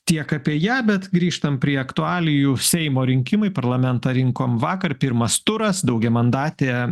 tiek apie ją bet grįžtam prie aktualijų seimo rinkimai parlamentą rinkom vakar pirmas turas daugiamandatė